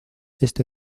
este